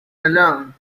alone